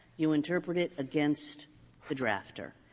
you interpret it against the drafter.